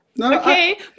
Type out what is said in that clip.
Okay